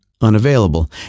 unavailable